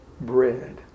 bread